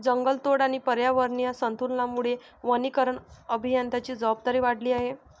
जंगलतोड आणि पर्यावरणीय असंतुलनामुळे वनीकरण अभियंत्यांची जबाबदारी वाढली आहे